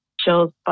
shows